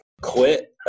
Quit